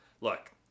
look